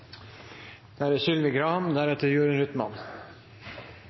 da er det